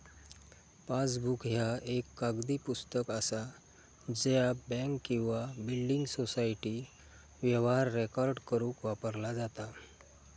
passbook ह्या एक कागदी पुस्तक असा ज्या बँक किंवा बिल्डिंग सोसायटी व्यवहार रेकॉर्ड करुक वापरला जाता